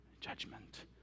judgment